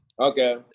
Okay